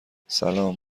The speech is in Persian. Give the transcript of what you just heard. سلام